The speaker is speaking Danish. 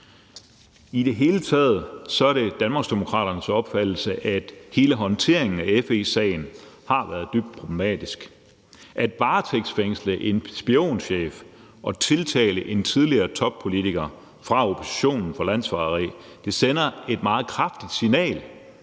I det hele taget er det Danmarksdemokraternes opfattelse, at hele håndteringen af FE-sagen har været dybt problematisk. At varetægtsfængsle en spionchef og tiltale en tidligere toppolitiker fra oppositionen for landsforræderi sender et meget kraftigt signal